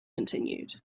continued